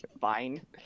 fine